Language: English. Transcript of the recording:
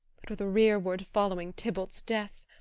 but with a rear-ward following tybalt's death,